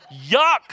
Yuck